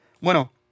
Bueno